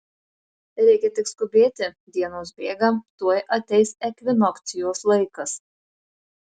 reikia tik skubėti dienos bėga tuoj ateis ekvinokcijos laikas